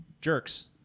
Jerks